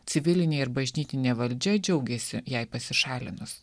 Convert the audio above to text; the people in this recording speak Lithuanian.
civilinė ir bažnytinė valdžia džiaugėsi jai pasišalinus